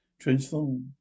transform